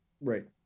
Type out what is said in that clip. Right